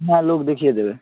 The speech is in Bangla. হ্যাঁ লোক দেখিয়ে দেবে